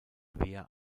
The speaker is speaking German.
wehr